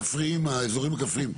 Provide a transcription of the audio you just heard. של האזורים הכפריים.